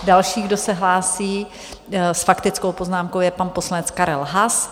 Další, kdo se hlásí s faktickou poznámkou, je pan poslanec Karel Haas.